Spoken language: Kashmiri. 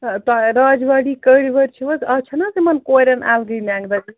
تۄہہِ راجواڑی کٔرۍ ؤرۍ چھُو حظ آز چھےٚ نہٕ حظ یِمَن کورٮ۪ن اَلگٕے مٮ۪نٛگہٕ دَگ